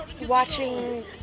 watching